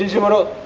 you got ah